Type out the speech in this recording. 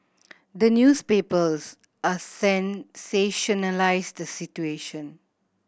the newspapers a sensationalise the situation